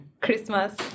Christmas